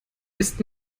ist